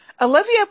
Olivia